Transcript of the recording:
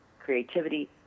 creativity